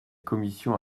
commission